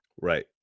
Right